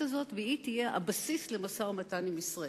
הזאת והיא תהיה הבסיס למשא-ומתן עם ישראל.